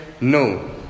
No